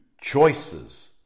choices